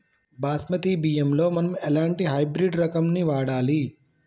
బాస్మతి బియ్యంలో మనం ఎలాంటి హైబ్రిడ్ రకం ని వాడాలి?